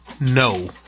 No